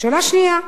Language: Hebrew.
שאלה שנייה: